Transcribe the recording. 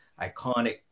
iconic